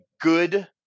good